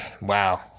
wow